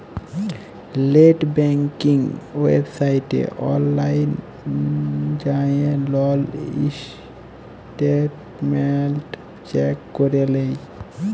late banking ওয়েবসাইটে অললাইল যাঁয়ে লল ইসট্যাটমেল্ট চ্যাক ক্যরে লেই